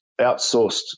outsourced